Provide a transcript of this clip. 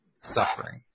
suffering